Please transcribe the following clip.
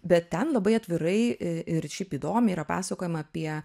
bet ten labai atvirai a ir šiaip įdomi yra pasakojama apie